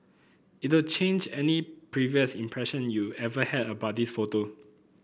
it'll change any previous impression you ever had about this photo